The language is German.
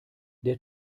der